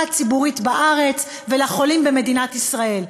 הציבורית בארץ ולחולים במדינת ישראל.